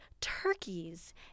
turkeys